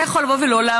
אתה יכול לא להמליץ,